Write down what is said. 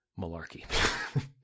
malarkey